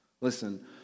Listen